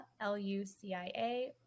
L-U-C-I-A